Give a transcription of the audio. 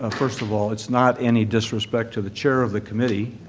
ah first of all, it's not any disrespect to the chair of the committee.